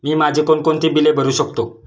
मी माझी कोणकोणती बिले भरू शकतो?